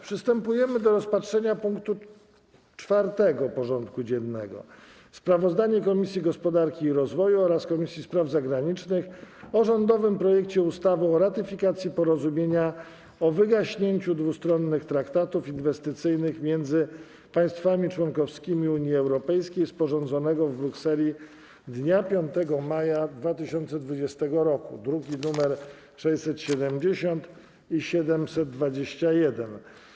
Przystępujemy do rozpatrzenia punktu 4. porządku dziennego: Sprawozdanie Komisji Gospodarki i Rozwoju oraz Komisji Spraw Zagranicznych o rządowym projekcie ustawy o ratyfikacji Porozumienia o wygaśnięciu dwustronnych traktatów inwestycyjnych między państwami członkowskimi Unii Europejskiej, sporządzonego w Brukseli dnia 5 maja 2020 r. (druki nr 680 i 721)